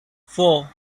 four